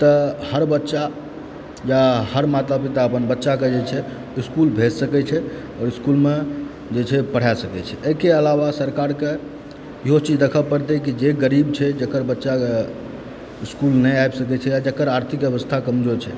तऽ हर बच्चा या हर माता पिता अपन बच्चाकेँ जे छै इस्कूल भेज सकैत छै ओ इस्कूलमे जे छै पढ़ा सकय छै एहिके अलावा सरकारकेँ इहो चीज देखऽ पड़तय की जे गरीब छै जेकर बच्चा इस्कूल नहि आबि सकय छै या जेकर आर्थिक व्यवस्था कमजोर छै